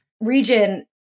region